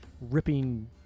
ripping